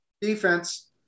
defense